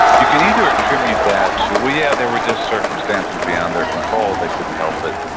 you can either attribute that to well, yeah, there were just circumstances beyond their control. they couldn't help it.